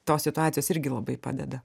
tos situacijos irgi labai padeda